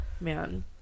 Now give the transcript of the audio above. Man